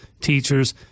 teachers